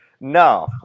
No